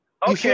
Okay